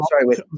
Sorry